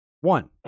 One